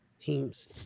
teams